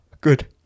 Good